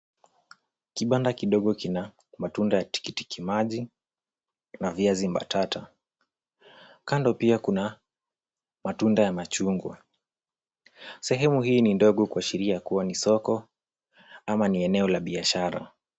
Kibanda kidogo kina matunda ya tikiti maji na viazi mbatata. Kando pia kuna matunda ya machungwa. Sehemu hii ni ndogo kuashiria kuwa ni soko ama ni eneo lla biashara.